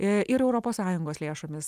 ir europos sąjungos lėšomis